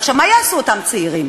עכשיו, מה יעשו אותם צעירים?